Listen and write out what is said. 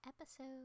episode